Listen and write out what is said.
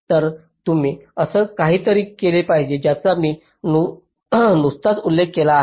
तर तुम्ही असे काहीतरी केले पाहिजे ज्याचा मी नुकताच उल्लेख केला आहे